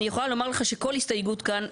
אני יכולה לומר לך שכל הסתייגות כאן,